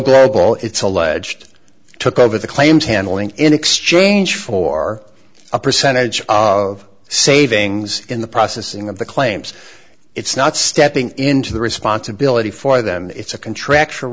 e it's alleged took over the claims handling in exchange for a percentage of savings in the processing of the claims it's not stepping into the responsibility for them it's a contractual